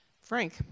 Frank